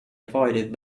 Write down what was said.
avoided